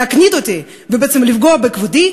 להקניט אותי ובעצם לפגוע בכבודי,